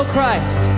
Christ